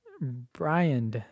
Brian